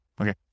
Okay